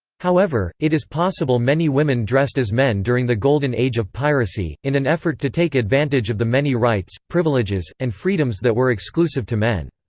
however, it is possible many women dressed as men during the golden age of piracy, in an effort to take advantage of the many rights, privileges, and freedoms that were exclusive to men.